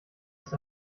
ist